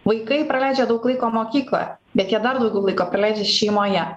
vaikai praleidžia daug laiko mokykloje bet jie dar daugiau laiko praleidžia šeimoje